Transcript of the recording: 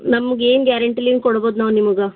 ನಮ್ಗೆ ಏನು ಗ್ಯಾರೆಂಟಿಲಿಂದ ಕೊಡ್ಬೋದು ನಾವು ನಿಮ್ಗೆ